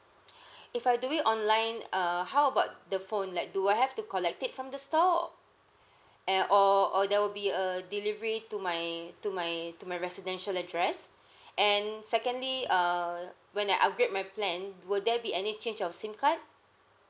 if I do it online uh how about the phone like do I have to collect it from the store o~ and or or there will be a delivery to my to my to my residential address and secondly err when I upgrade my plan will there be any change of SIM card